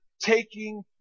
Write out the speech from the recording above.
taking